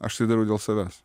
aš tai darau dėl savęs